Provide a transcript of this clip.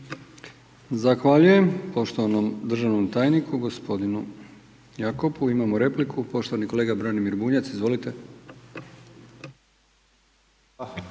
Zahvaljujem poštovanom državnom tajniku gospodinu Jakopu. Poštovani kolega Branimir Bunjac.